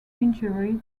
injury